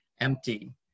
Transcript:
empty